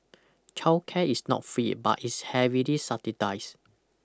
childcare is not free but is heavily subsidised